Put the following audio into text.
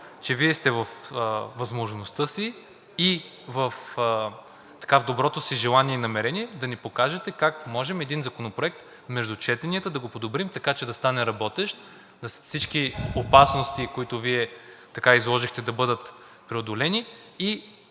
че Вие сте във възможността си и в доброто си желание и намерение да ни покажете как можем един законопроект между четенията да го подобрим, така че да стане работещ и всички опасности, които изложихте, да бъдат преодолени.